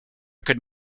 could